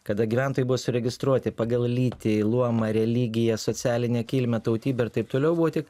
kada gyventojai buvo registruoti pagal lytį luomą religiją socialinę kilmę tautybę ir taip toliau buvo tik